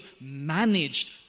managed